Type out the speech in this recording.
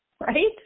right